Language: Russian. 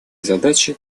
задачи